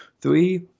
three